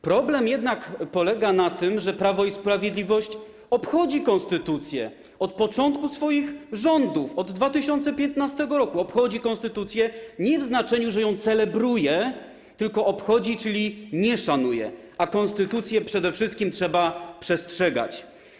Problem jednak polega na tym, że Prawo i Sprawiedliwość obchodzi konstytucję od początku swoich rządów, od 2015 r., obchodzi konstytucję nie w znaczeniu, że ją celebruje, tylko obchodzi, czyli nie szanuje, a konstytucji przede wszystkim trzeba przestrzegać.